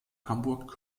hamburg